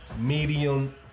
Medium